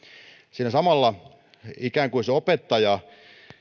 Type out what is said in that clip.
siinä samalla ikään kuin se opettaja